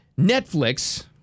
Netflix